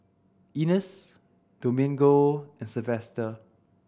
Ines Domingo and Sylvester